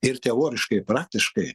ir teoriškai ir praktiškai